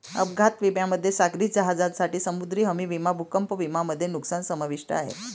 अपघात विम्यामध्ये सागरी जहाजांसाठी समुद्री हमी विमा भूकंप विमा मध्ये नुकसान समाविष्ट आहे